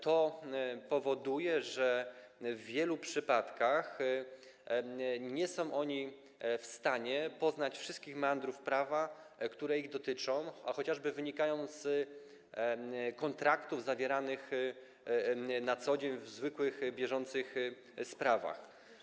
To powoduje, że w wielu przypadkach nie są oni w stanie poznać wszystkich meandrów prawa, które ich dotyczą, chociażby wynikających z kontraktów zawieranych na co dzień w zwykłych bieżących sprawach.